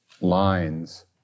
lines